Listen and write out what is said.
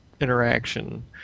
interaction